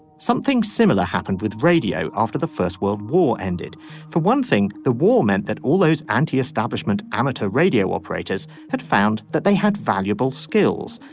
something similar happened with radio after the first world war ended for one thing the war meant that all those anti-establishment amateur radio operators had found that they had valuable skills.